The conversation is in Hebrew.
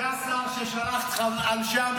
זה השר ששלח את אנשי המילואים לעזאזל.